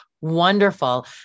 wonderful